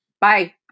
Bye